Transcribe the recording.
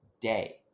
day